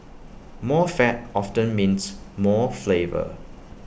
more fat often means more flavour